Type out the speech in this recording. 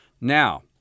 Now